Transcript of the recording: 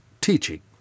teaching